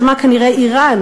אשמה כנראה איראן,